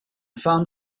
found